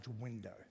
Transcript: window